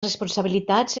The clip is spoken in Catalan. responsabilitats